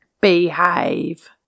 Behave